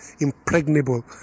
impregnable